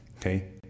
Okay